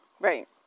right